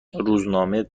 روزنامه